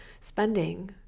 spending